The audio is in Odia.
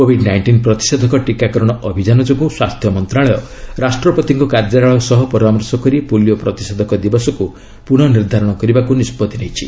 କୋବିଡ୍ ନାଇଞ୍ଜିନ୍ ପ୍ରତିଷେଧକ ଟୀକାକରଣ ଅଭିଯାନ ଯୋଗୁଁ ସ୍ୱାସ୍ଥ୍ୟ ମନ୍ତ୍ରଣାଳୟ ରାଷ୍ଟ୍ରପତିଙ୍କ କାର୍ଯ୍ୟାଳୟ ସହ ପରାମର୍ଶ କରି ପୋଲିଓ ପ୍ରତିଷେଧକ ଦିବସକୁ ପୁନଃ ନିର୍ଦ୍ଧାରଣ କରିବାକୁ ନିଷ୍ପଭି ନେଇଛି